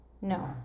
No